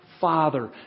Father